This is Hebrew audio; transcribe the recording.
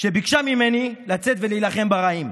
שביקשה ממני לצאת ולהילחם ברעים.